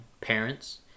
parents